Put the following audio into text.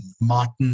Martin